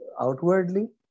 outwardly